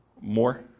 More